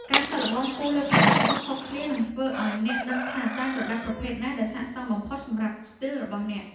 ការសាកល្បងគូរលើក្រដាសខុសៗគ្នានឹងធ្វើឱ្យអ្នកដឹងថាតើក្រដាសប្រភេទណាដែលស័ក្តិសមបំផុតសម្រាប់ស្ទីលរបស់អ្នក។